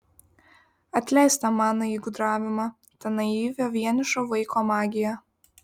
atleisk tą manąjį gudravimą tą naivią vienišo vaiko magiją